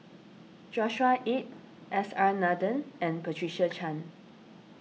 Joshua Ip S R Nathan and Patricia Chan